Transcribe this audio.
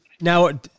now